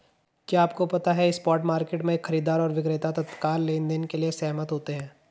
क्या आपको पता है स्पॉट मार्केट में, खरीदार और विक्रेता तत्काल लेनदेन के लिए सहमत होते हैं?